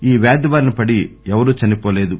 ఈ వ్యాధిబారిన పడి ఎవరూ చనిపోలేదు